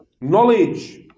knowledge